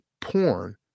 porn